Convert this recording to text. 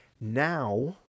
now